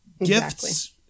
Gifts